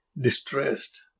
distressed